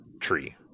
tree